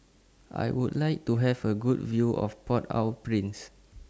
I Would like to Have A Good View of Port Au Prince